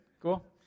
Cool